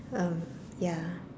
um ya